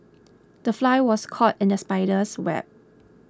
the fly was caught in the spider's web